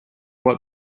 what